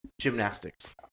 gymnastics